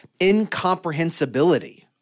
incomprehensibility